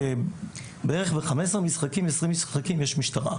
בערך בחמישה עשר משחקים, עשרים משחקים, יש משטרה.